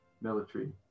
military